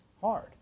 hard